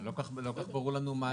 לא כל כך ברור לנו מה הרחבת.